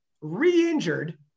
re-injured